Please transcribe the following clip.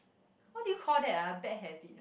what do you call that ah bad habit ah